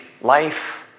life